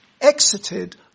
exited